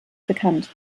bekannt